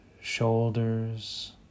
shoulders